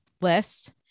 list